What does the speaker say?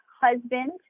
husband